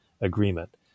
agreement